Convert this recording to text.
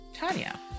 Tanya